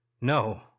no